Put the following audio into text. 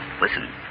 Listen